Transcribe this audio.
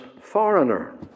foreigner